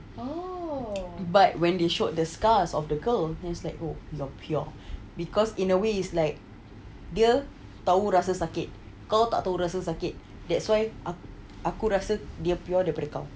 but when they showed the scars of the girl who's like oh you're pure because in a way is like dia tahu rasa sakit kau tak tahu rasa sakit that's why aku rasa dia pure daripada kau